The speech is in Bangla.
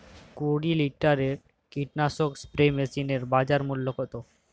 কুরি লিটারের কীটনাশক স্প্রে মেশিনের বাজার মূল্য কতো?